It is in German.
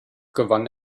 gewann